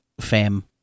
fam